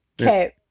Okay